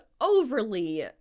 overly